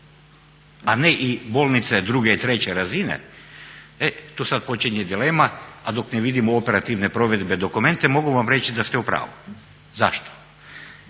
a ne i bolnice druge i treće razine e tu sad počinje dilema, a dok ne vidimo operativne provedbe dokumenti mogu vam reći da ste u pravu. Zašto?